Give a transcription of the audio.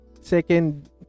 second